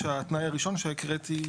שהתנאי הראשון שהקראתי,